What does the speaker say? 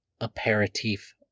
aperitif